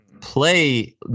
play